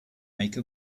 make